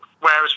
whereas